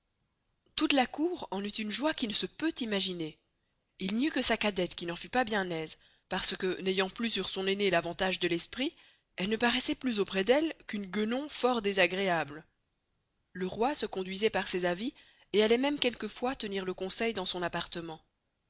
toute la cour en eut une joye qui ne se peut imaginer il n'y eut que sa cadette qui n'en fut pas bien aise parce que n'ayant plus sur son aisnée l'avantage de l'esprit elle ne paroissoit plus auprés d'elle qu'une guenon fort desagreable le roi se conduisoit par ses avis et alloit même quelquefois tenir le conseil dans son appartement